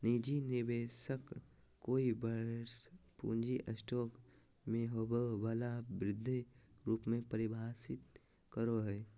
निजी निवेशक कोय वर्ष पूँजी स्टॉक में होबो वला वृद्धि रूप में परिभाषित करो हइ